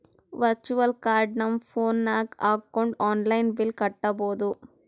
virtual card ನಮ್ phone ನಾಗ್ ಹಾಕೊಂಡ್ ಆನ್ಲೈನ್ ಬಿಲ್ ಕಟ್ಟಬೋದು